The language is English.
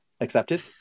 accepted